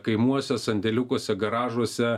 kaimuose sandėliukuose garažuose